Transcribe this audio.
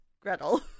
Gretel